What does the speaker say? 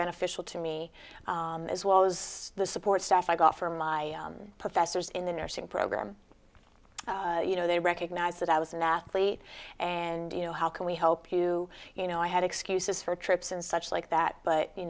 beneficial to me as well as the support staff i got from my professors in the nursing program you know they recognized that i was an athlete and you know how can we help you you know i had excuses for trips and such like that but you